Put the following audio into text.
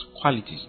qualities